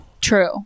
True